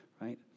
Right